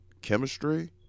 chemistry